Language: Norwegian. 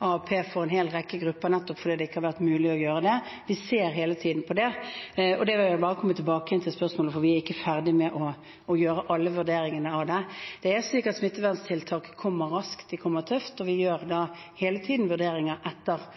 AAP for en hel rekke grupper nettopp fordi det ikke har vært mulig å gjøre det. Vi ser hele tiden på det. Jeg vil komme tilbake igjen til det spørsmålet, for vi er ikke ferdig med å gjøre alle vurderingene av det. Det er slik at smitteverntiltak kommer raskt, de kommer tøft, og vi gjør da hele tiden vurderinger